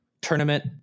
tournament